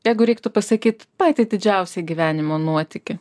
jeigu reiktų pasakyt patį didžiausią gyvenimo nuotykį